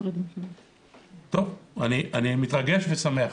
מתרגש ושמח.